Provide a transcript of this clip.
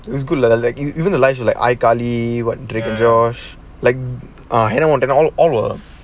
it was good like like you even the lunch like !aiya! cali what and the josh like ah I don't want all all our